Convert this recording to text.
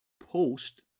post